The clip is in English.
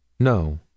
No